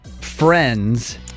friends-